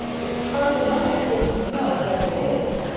it's hard enough, goodness knows as it is!